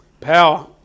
Power